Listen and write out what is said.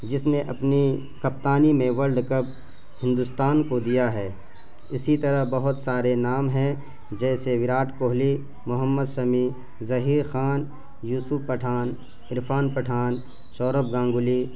جس نے اپنی کپتانی میں ورلڈ کپ ہندوستان کو دیا ہے اسی طرح بہت سارے نام ہیں جیسے وراٹ کوہلی محمد سمیع ظہیر خان یوسف پٹھان عرفان پٹھان سورو گانگولی